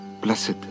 Blessed